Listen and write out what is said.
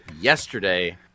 yesterday